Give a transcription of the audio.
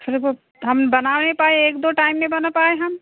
सिर्फ हम बना नहीं पाए एक दो टाइम नहीं बना पाए हम